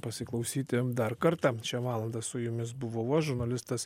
pasiklausyti dar kartą šią valandą su jumis buvau aš žurnalistas